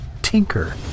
tinker